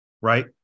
Right